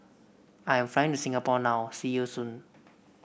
I am flying to Singapore now see you soon